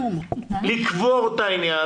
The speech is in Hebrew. ואנשים לא יקבלו את הכסף.